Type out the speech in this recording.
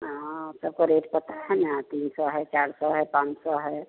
हाँ सबका रेट पता है ना तीन सौ है चार सौ है पाँच सौ है